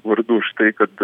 vardu už tai kad